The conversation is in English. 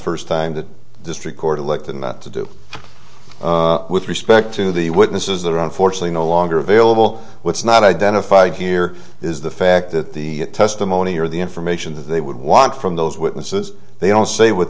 first time the district court elected not to do with respect to the witnesses that are unfortunately no longer available what's not identified here is the fact that the testimony or the information that they would want from those witnesses they don't